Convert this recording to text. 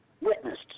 witnessed